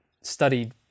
studied